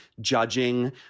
judging